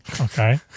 okay